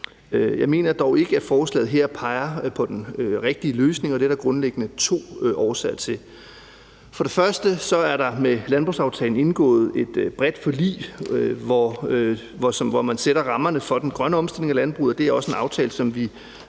Jeg mener dog ikke, at forslaget her peger på den rigtige løsning, og det er der grundlæggende to årsager til. For det første er der med landbrugsaftalen indgået et bredt forlig, hvor man sætter rammerne for den grønne omstilling i landbruget, og det er også en aftale, som vi